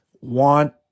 want